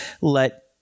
let